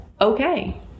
okay